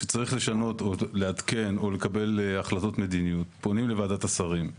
כשצריך לשנות או לעדכן או לקבל החלטות מדיניות פונים לוועדת השרים.